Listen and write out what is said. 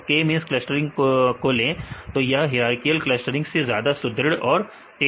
तो k means clustering को ले तो यह हीरआर्किकल क्लस्टरिंग से ज्यादा सुदृढ़ और तेज है